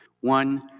One